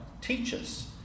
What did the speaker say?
teaches